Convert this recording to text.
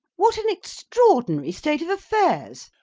what an extraordinary state of affairs!